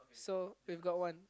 so we've got one